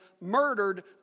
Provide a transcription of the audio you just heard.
murdered